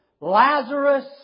Lazarus